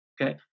Okay